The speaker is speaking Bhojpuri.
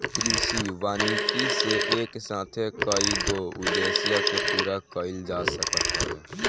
कृषि वानिकी से एक साथे कईगो उद्देश्य के पूरा कईल जा सकत हवे